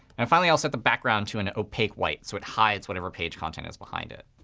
and finally, i'll set the background to an opaque white so it hides whatever page content is behind it.